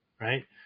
right